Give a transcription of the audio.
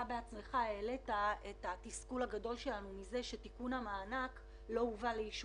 בעצמך העלית את התסכול הגדול שלנו מזה שתיקון המענק לא הובא לאישורנו.